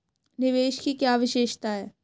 निवेश की क्या विशेषता है?